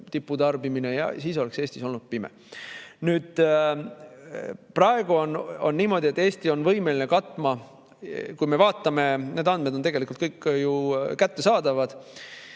tiputarbimine, ja siis oleks Eestis olnud pime. Praegu on niimoodi, et Eesti on võimeline katma ... Kui me vaatame – need andmed on kõik kättesaadavad